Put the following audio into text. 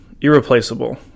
irreplaceable